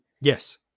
Yes